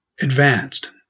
Advanced